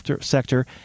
sector